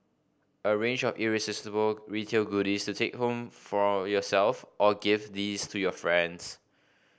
a range of irresistible retail goodies to take home for yourself or gift these to your friends